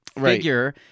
figure